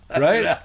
right